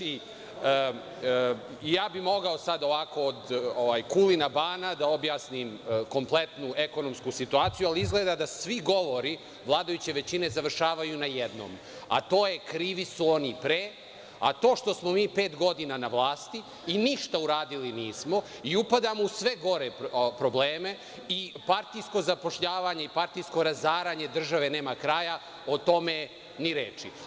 I ja bih mogao sada ovako od Kulina bana da objasnim kompletnu ekonomsku situaciju, ali izgleda da svi govori vladajuće većine završavaju na jednom, a to je – krivi su oni pre, a to što smo mi pet godina na vlasti i ništa uradili nismo i upadamo u sve gore probleme, i partijsko zapošljavanje i partijsko razaranje države nema kraja, o tome ni reči.